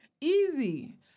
Easy